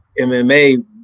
MMA